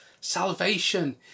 salvation